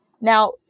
Now